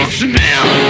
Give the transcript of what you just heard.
smell